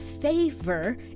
favor